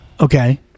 Okay